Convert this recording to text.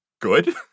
Good